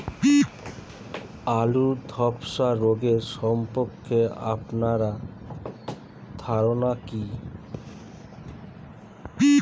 আলু ধ্বসা রোগ সম্পর্কে আপনার ধারনা কী?